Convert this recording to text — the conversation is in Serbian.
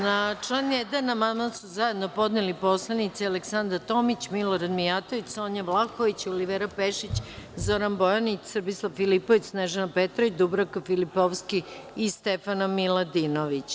Na član 1. amandman su zajedno podneli narodni poslanici Aleksandra Tomić, Milorad Mijatović, Sonja Vlahović, Olivera Pešić, Zoran Bojanić, Srbislav Filipović, Snežana Petrović, Dubravka Filipovski i Stefana Miladinović.